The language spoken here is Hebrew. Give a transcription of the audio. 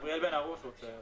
גבריאל בן הרוש רוצה להתייחס.